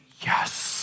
yes